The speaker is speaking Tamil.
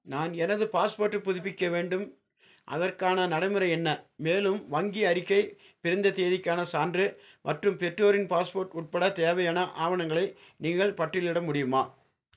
நான் எனது பாஸ்போர்ட்டை புதுப்பிக்க வேண்டும் அதற்கான நடைமுறை என்ன மேலும் வங்கி அறிக்கை பிறந்த தேதிக்கான சான்று மற்றும் பெற்றோரின் பாஸ்போர்ட் உட்பட தேவையான ஆவணங்களை நீங்கள் பட்டியலிட முடியுமா